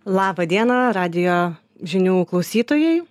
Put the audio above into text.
labą dieną radijo žinių klausytojai